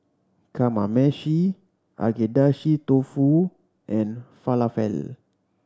Kamameshi Agedashi Dofu and Falafel